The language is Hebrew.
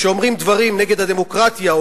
שאומרים דברים נגד הדמוקרטיה,